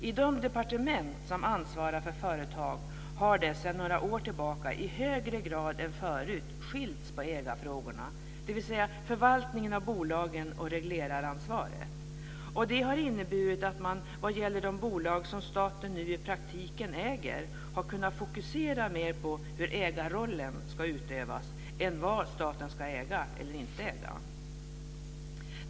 I de departement som ansvarar för företag har det sedan några år tillbaka i högre grad än förut skilts på ägarfrågorna, dvs. förvaltningen av bolagen och regleraransvaret. Detta har inneburit att man, vad gäller de bolag som staten nu i praktiken äger, har kunnat fokusera mer på hur ägarrollen ska utövas än på vad staten ska äga eller inte äga.